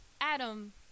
Adam